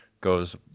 Goes